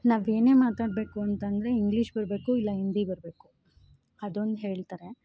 ನಾವೇನೇ ಮಾತಾಡಬೇಕು ಅಂತ ಅಂದರೆ ಇಂಗ್ಲೀಷ್ ಬರಬೇಕು ಇಲ್ಲ ಹಿಂದಿ ಬರಬೇಕು ಅದೊಂದು ಹೇಳ್ತಾರೆ